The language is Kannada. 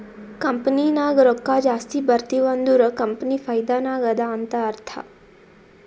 ಕಂಪನಿ ನಾಗ್ ರೊಕ್ಕಾ ಜಾಸ್ತಿ ಬರ್ತಿವ್ ಅಂದುರ್ ಕಂಪನಿ ಫೈದಾ ನಾಗ್ ಅದಾ ಅಂತ್ ಅರ್ಥಾ